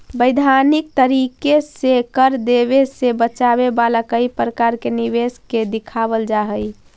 वैधानिक तरीके से कर देवे से बचावे वाला कई प्रकार के निवेश के दिखावल जा हई